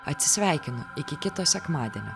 atsisveikinu iki kito sekmadienio